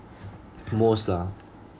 most lah